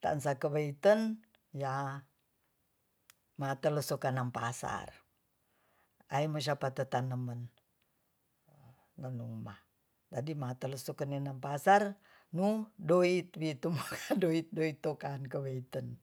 tansakoweiten ya matelosokanampasar ai mosiapatatetanemen nonuma jadi matelu sukani nan pasar nu doi doi tumuga doid-doid tukaan kaweiten